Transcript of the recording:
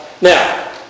now